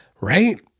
Right